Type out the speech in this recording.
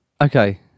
Okay